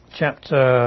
chapter